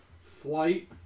Flight